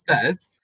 says